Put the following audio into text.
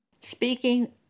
speaking